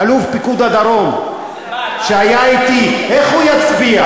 אלוף פיקוד הדרום, שהיה אתי, איך הוא יצביע?